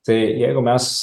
tai jeigu mes